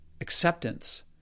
acceptance